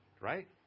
right